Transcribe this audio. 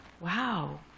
Wow